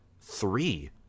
three